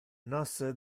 nos